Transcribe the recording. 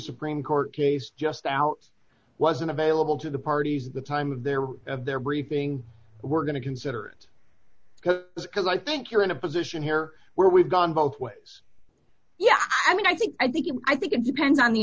supreme court case just out wasn't available to the parties at the time of their of their briefing we're going to consider it because i think you're in a position here where we've gone both ways yeah i mean i think i think it i think it depends on the